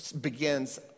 begins